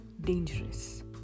dangerous